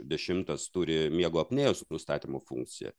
dešimtas turi miego apnėjos nustatymo funkciją